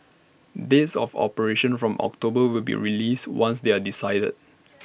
dates of operation from October will be released once they are decided